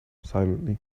silently